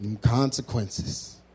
consequences